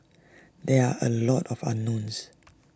there are A lot of unknowns